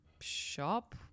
shop